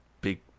big